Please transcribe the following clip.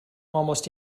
almost